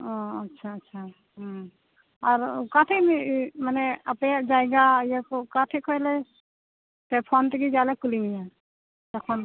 ᱦᱮᱸ ᱟᱪᱪᱷᱟ ᱟᱪᱪᱷᱟ ᱦᱮᱸ ᱟᱨ ᱚᱠᱟ ᱴᱷᱮᱱ ᱢᱟᱱᱮ ᱟᱯᱮᱭᱟᱜ ᱡᱟᱭᱜᱟ ᱤᱭᱟᱹ ᱠᱚ ᱚᱠᱟ ᱴᱷᱮᱱ ᱠᱷᱚᱢ ᱞᱮ ᱥᱮ ᱯᱷᱳᱱ ᱛᱮᱜᱮ ᱡᱟᱞᱮ ᱠᱩᱞᱤ ᱢᱮᱭᱟ ᱛᱚᱠᱷᱚᱱ